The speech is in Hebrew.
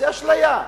זו אשליה.